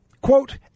Quote